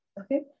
Okay